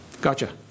Gotcha